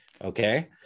Okay